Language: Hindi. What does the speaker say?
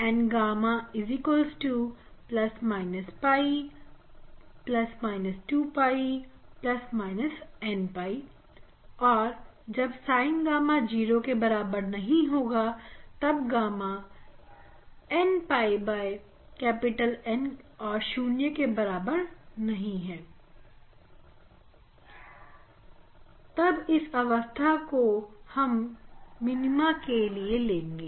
N gamma 𝝿 2 𝝿 n 𝝿 और जब Sin gamma जीरो के बराबर नहीं होगा तब gamma n 𝝿 N और 0 के बराबर नहीं है तब इस अवस्था को हम मिनीमा के लिए लेंगे